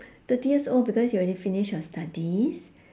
thirty years old because you already finish your studies